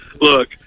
look